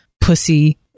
pussy